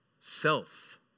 self